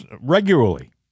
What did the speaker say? regularly